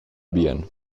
bien